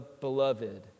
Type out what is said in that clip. beloved